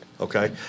Okay